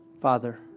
Father